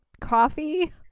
coffee